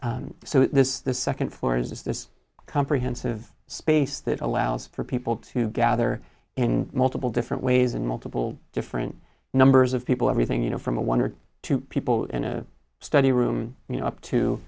so this is the second floor is this comprehensive space that allows for people to gather in multiple different ways and multiple different numbers of people everything you know from a one or two people in a study room you know up to